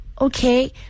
Okay